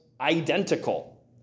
identical